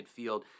midfield